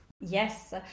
Yes